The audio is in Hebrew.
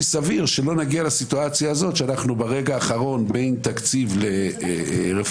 סביר שלא נגיע לסיטואציה הזאת שברגע האחרון בין תקציב לרפורמה